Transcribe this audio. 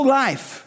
life